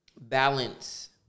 balance